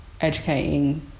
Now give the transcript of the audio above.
educating